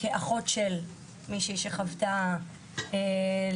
כאחות של מישהו שחוותה אירוע דומה.